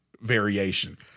variation